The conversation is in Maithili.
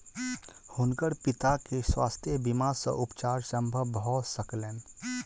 हुनकर पिता के स्वास्थ्य बीमा सॅ उपचार संभव भ सकलैन